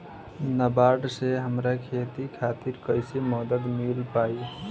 नाबार्ड से हमरा खेती खातिर कैसे मदद मिल पायी?